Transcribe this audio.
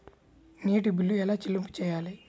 నీటి బిల్లు ఎలా చెల్లింపు చేయాలి?